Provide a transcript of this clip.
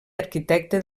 arquitecte